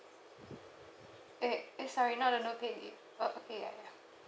eh eh sorry not the no pay leave okay ya ya